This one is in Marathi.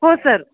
हो सर